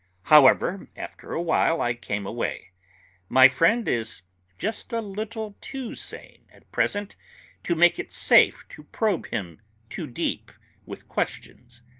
however, after a while i came away my friend is just a little too sane at present to make it safe to probe him too deep with questions.